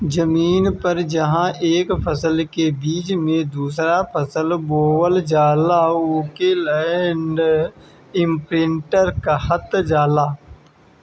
जमीन पर जहां एक फसल के बीच में दूसरा फसल बोवल जाला ओके लैंड इमप्रिन्टर कहल जाला